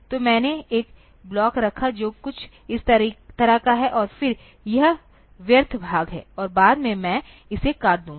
तो मैंने एक ब्लॉक रखा जो कुछ इस तरह का है और फिर यह व्यर्थ भाग है और बाद में मैं इसे काट दूंगा